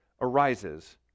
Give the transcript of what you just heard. arises